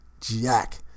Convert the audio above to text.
Jack